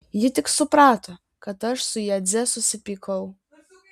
ji tik suprato kad aš su jadze susipykau